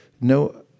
no